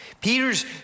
Peter's